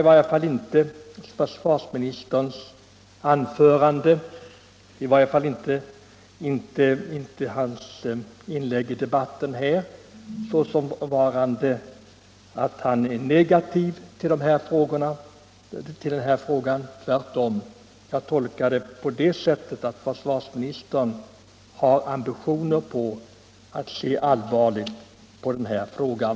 I varje fall tolkar jag inte försvarsministerns inlägg i debatten på det sättet att han är negativ till den här frågan utan tvärtom så att försvarsministern ser allvarligt på den.